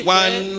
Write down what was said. one